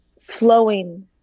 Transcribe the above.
flowing